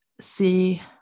see